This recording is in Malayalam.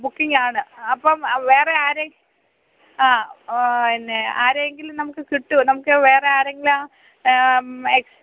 ബുക്കിങ്ങാണ് അപ്പോള് വേറെ ആരെ ആ ന്നെ ആരെയെങ്കിലും നമുക്ക് കിട്ടുമോ നമുക്ക് വേറെയാരെയെങ്കിലും എക്സ്